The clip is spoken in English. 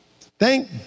thank